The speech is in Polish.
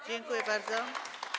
Dziękuję bardzo.